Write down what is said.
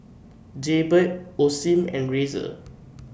Jaybird Osim and Razer